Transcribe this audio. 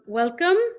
welcome